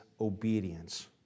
obedience